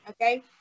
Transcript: Okay